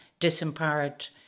disempowered